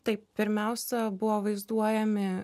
taip pirmiausia buvo vaizduojami